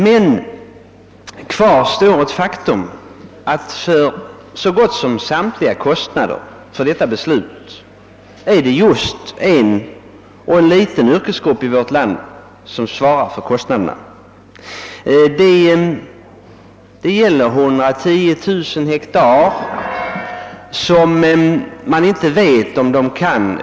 Men faktum är att så gott som samtliga kostnader till följd av detta beslut får betalas av en enda liten yrkesgrupp. Frågan är huruvida man efter detta beslut kan fortsätta att odla oljeväxter på de 110 000 ha som denna odling hittills omfattat.